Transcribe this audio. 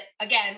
again